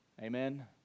Amen